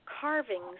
carvings